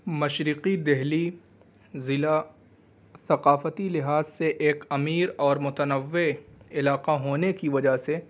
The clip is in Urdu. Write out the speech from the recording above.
مشرقی دہلی ضلع ثقافتی لحاظ سے ایک امیر اور متنوع علاقہ ہونے کی وجہ سے